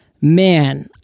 man